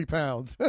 pounds